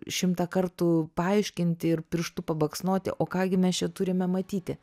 šimtą kartų paaiškinti ir pirštu pabaksnoti o ką gi mes čia turime matyti